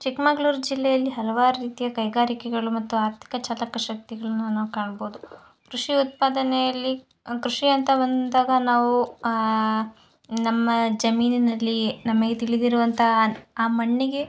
ಚಿಕ್ಕಮಗಳೂರು ಜಿಲ್ಲೆಯಲ್ಲಿ ಹಲವಾರು ರೀತಿಯ ಕೈಗಾರಿಕೆಗಳು ಮತ್ತು ಆರ್ಥಿಕ ಚಾಲಕ ಶಕ್ತಿಗಳನ್ನು ನಾವು ಕಾಣಬೌದು ಕೃಷಿ ಉತ್ಪಾದನೆಯಲ್ಲಿ ಕೃಷಿ ಅಂತ ಬಂದಾಗ ನಾವು ನಮ್ಮ ಜಮೀನಿನಲ್ಲಿ ನಮಗೆ ತಿಳಿದಿರುವಂಥ ಆ ಮಣ್ಣಿಗೆ